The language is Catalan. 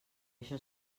això